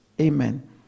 amen